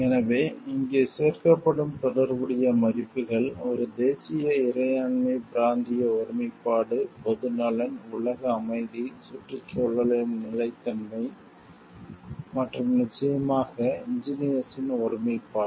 எனவே இங்கே சேர்க்கப்படும் தொடர்புடைய மதிப்புகள் ஒரு தேசிய இறையாண்மை பிராந்திய ஒருமைப்பாடு பொது நலன் உலக அமைதி சுற்றுச்சூழலின் நிலைத்தன்மை மற்றும் நிச்சயமாக இன்ஜினீயர்ஸ்ஸின் ஒருமைப்பாடு